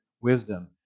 wisdom